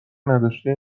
نداشته